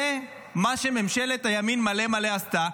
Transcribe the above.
זה מה שממשלת הימין מלא-מלא עשתה.